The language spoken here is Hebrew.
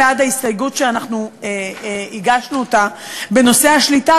אני בעד ההסתייגות שהגשנו בנושא השליטה,